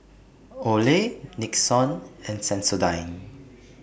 Olay Nixon and Sensodyne